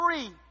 three